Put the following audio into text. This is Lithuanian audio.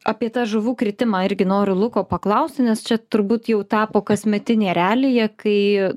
apie tą žuvų kritimą irgi noriu luko paklausti nes čia turbūt jau tapo kasmetinė realija kai